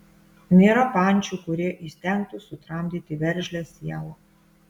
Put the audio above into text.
nėra pančių kurie įstengtų sutramdyti veržlią sielą